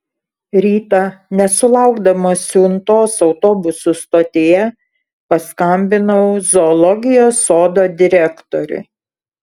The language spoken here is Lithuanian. rytą nesulaukdamas siuntos autobusų stotyje paskambinau zoologijos sodo direktoriui